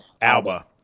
Alba